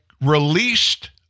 released